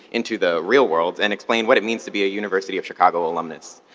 into the real world and explain what it means to be a university of chicago alumnus.